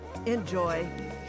Enjoy